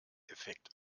effekt